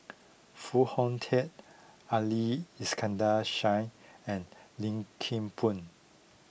Foo Hong Tatt Ali Iskandar Shah and Lim Kim Boon